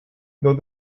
though